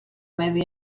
medi